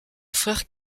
frère